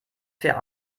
für